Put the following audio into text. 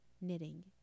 knitting